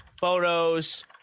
photos